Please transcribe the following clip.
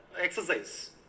exercise